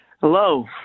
Hello